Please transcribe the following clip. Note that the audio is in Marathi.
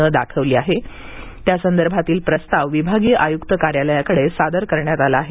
नं दाखवली असून त्यासंदर्भातील प्रस्ताव विभागीय आयुक्त कार्यालयाकडे सादर करण्यात आला आहे